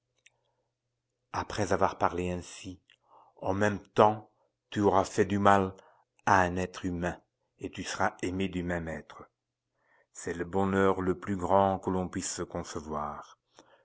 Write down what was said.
après avoir parlé ainsi en même temps tu auras fait du mal à un être humain et tu seras aimé du même être c'est le bonheur le plus grand que l'on puisse concevoir